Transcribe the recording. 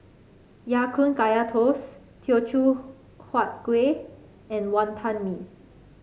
Ya Kun Kaya Toast Teochew Huat Kueh and Wonton Mee